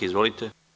Izvolite.